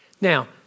Now